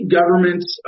governments